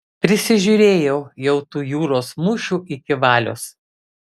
prisižiūrėjau jau tų jūros mūšų iki valios